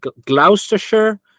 Gloucestershire